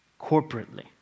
corporately